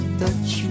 touch